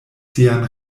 sian